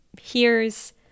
hears